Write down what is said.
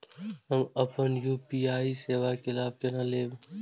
हम अपन यू.पी.आई सेवा के लाभ केना लैब?